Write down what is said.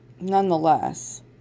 nonetheless